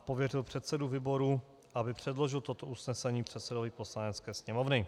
pověřil předsedu výboru, aby předložil toto usnesení předsedovi Poslanecké sněmovny.